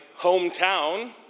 hometown